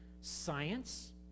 science